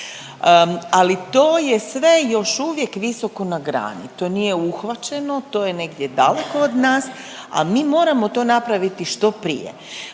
ali to je sve još uvijek visoko na grani, to nije uhvaćeno, to je negdje daleko od nas, a mi moramo to napraviti što prije.